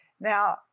Now